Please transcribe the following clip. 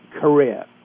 Career